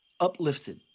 uplifted